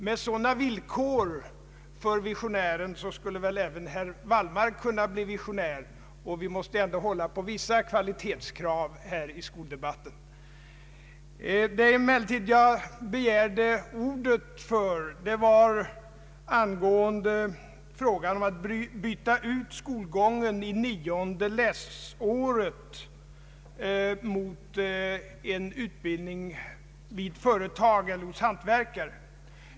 Med sådana villkor för visionären skulle även herr Wallmark kunna bli visionär. Men vi måste väl ändå hålla på vissa kvalitetskrav här i skoldebatten. Jag begärde emellertid ordet beträffande motionärernas krav att man skall bibehålla möjligheten att låta elev byta ut skolgång i årskurs 9 mot utbildning hos hantverkare eller företagare.